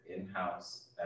in-house